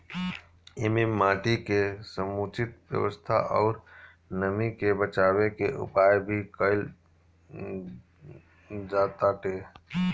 एमे माटी के समुचित व्यवस्था अउरी नमी के बाचावे के उपाय भी कईल जाताटे